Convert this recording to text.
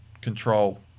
Control